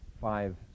five